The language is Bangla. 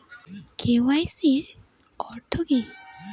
কে.ওয়াই.সি অর্থ কি?